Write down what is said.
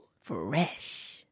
Fresh